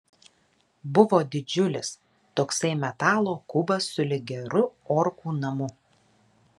buvo didžiulis toksai metalo kubas sulig geru orkų namu